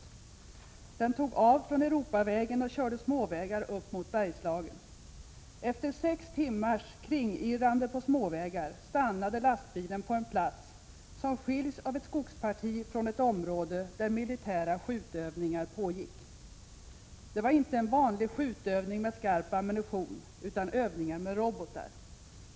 Den tog av från Europavägen och körde småvägar upp mot Bergslagen. Efter sex timmars kringirrande på småvägar stannade lastbilen på en plats som skiljs av ett skogsparti från ett område, där militära skjutövningar pågick. Det var inte en vanlig skjutning med skarp ammunition, utan övningar med robotar.